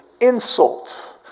insult